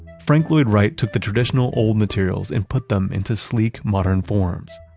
frank lloyd wright took the traditional old materials and put them into sleek, modern forms.